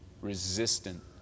resistant